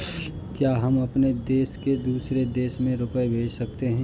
क्या हम अपने देश से दूसरे देश में रुपये भेज सकते हैं?